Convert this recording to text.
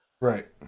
Right